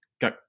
Go